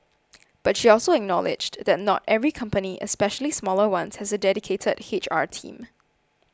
but she also acknowledged that not every company especially smaller ones has a dedicated H R team